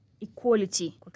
equality